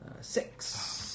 Six